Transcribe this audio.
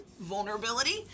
vulnerability